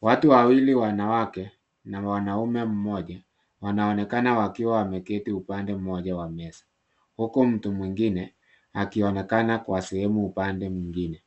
Watu wawili wanawake na wanaume mmoja wanaonekana wakiwa wameketi upande mmoja wa meza. Huku mtu mwingine akionekana Kwa sehemu upande mwingine.